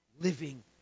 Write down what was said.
living